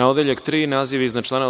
Na odeljak 3, naziv iznad člana